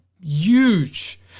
huge